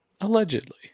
Allegedly